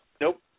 Nope